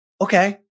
Okay